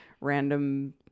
random